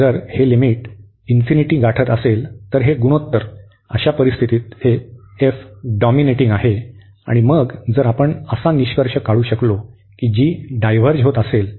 जर हे लिमिट हे गाठत असेल तर हे गुणोत्तर अशा परिस्थितीत हे f डॉमिनेटिंग आहे आणि मग जर आपण असा निष्कर्ष काढू शकतो की g डायव्हर्ज होते असेल